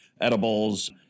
edibles